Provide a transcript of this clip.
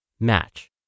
Match